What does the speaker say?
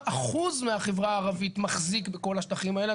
אחוז מהחברה הערבית מחזיק בכל השטחים האלה,